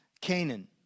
Canaan